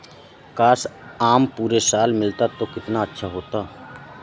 काश, आम पूरे साल मिलता तो कितना अच्छा होता